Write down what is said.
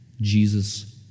Jesus